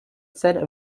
set